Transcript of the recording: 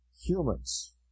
humans